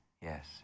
Yes